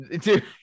dude